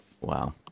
Wow